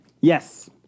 Yes